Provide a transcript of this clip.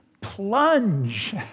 plunge